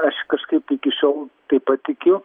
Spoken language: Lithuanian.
aš kažkaip iki šiol taip pat tikiu